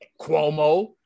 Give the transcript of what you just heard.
Cuomo